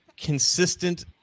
consistent